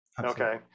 Okay